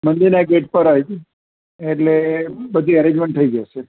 મંદિરના ગેટ પર જ એટલે બધી અરેજમેન્ટ થઈ જશે